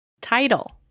title